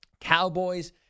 Cowboys